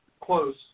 Close